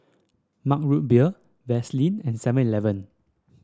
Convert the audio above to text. Mug Root Beer Vaseline and Seven Eleven